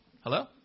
Hello